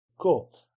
Cool